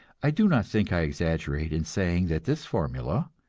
i do not think i exaggerate in saying that this formula,